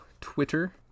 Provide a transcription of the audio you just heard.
Twitter